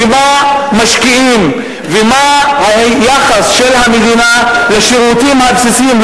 במה משקיעים ומה היחס של המדינה לשירותים הבסיסיים,